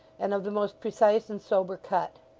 and of the most precise and sober cut.